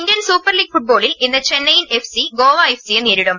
Indian super league ഫുട്ബോളിൽ ഇന്ന് Chennaiyin F C Goa F സിയെ നേരിടും